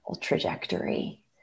trajectory